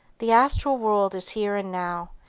the astral world is here and now,